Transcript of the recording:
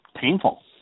painful